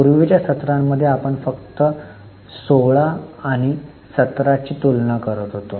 पूर्वीच्या सत्रांमध्ये आपण फक्त 16 आणि 17 ची तुलना करतो